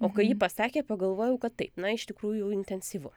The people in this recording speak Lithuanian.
o kai ji pasakė pagalvojau kad taip na iš tikrųjų intensyvu